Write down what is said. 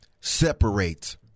separates